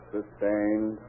Sustained